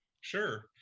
sure